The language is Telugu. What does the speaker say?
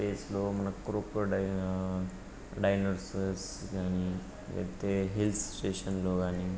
స్పేస్లో మనకు క్రొకోడైల్ డైనోసార్స్ కానీ లేతే హిల్స్ స్టేషన్లో కానీ